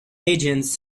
legends